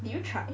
did you try